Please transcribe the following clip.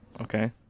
Okay